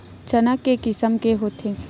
चना के किसम के होथे?